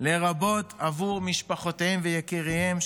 לרבות עבור משפחותיהם ויקיריהם,